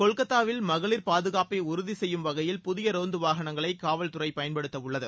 கொல்கத்தாவில் மகளிர் பாதுகாப்பை உறுதி செய்யும் வகையில் புதிய ரோந்து வாகனங்களை காவல்துறையினர் பயன்படுத்த உள்ளது